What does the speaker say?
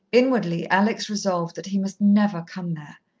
inwardly alex resolved that he must never come there.